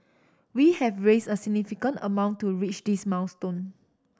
we have raised a significant amount to reach this milestone